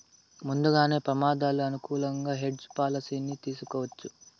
ముందుగానే ప్రమాదాలు అనుకూలంగా హెడ్జ్ పాలసీని తీసుకోవచ్చు